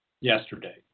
yesterday